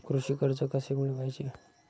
कृषी कर्ज कसे मिळवायचे?